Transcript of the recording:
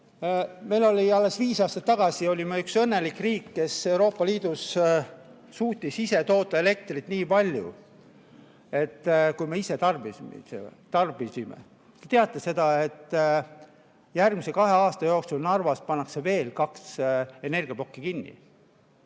Me olime alles viis aastat tagasi üks õnnelik riik, kes Euroopa Liidus suutis toota elektrit nii palju, kui me ise tarbisime. Kas te teate seda, et järgmise kahe aasta jooksul Narvas pannakse veel kaks energiaplokki kinni?